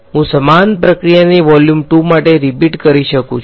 હું સમાન પ્રક્રિયાને વોલ્યુમ 2 માટે રીપીટ કરી શકું છું